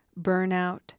Burnout